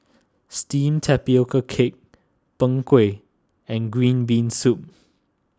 Steamed Tapioca Cake Png Kueh and Green Bean Soup